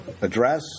address